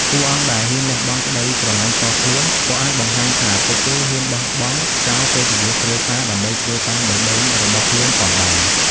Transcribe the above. តួអង្គដែលហ៊ានលះបង់ក្តីស្រឡាញ់ផ្ទាល់ខ្លួន ក៏អាចបង្ហាញថាពួកគេហ៊ានបោះបង់ចោលកិត្តិយសគ្រួសារដើម្បីធ្វើតាមបេះដូងរបស់ខ្លួនផងដែរ។